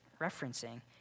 referencing